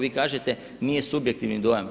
Vi kažete nije subjektivni dojam.